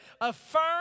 affirm